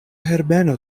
herbeno